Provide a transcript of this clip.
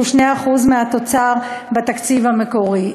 שהוא 2% מהתוצר בתקציב המקורי.